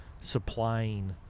supplying